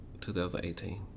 2018